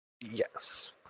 Yes